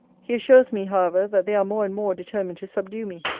he assures me, however, that they are more and more determined to subdue me.